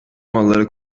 malları